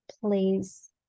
please